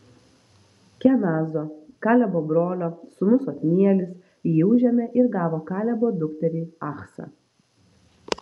kenazo kalebo brolio sūnus otnielis jį užėmė ir gavo kalebo dukterį achsą